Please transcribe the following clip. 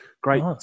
Great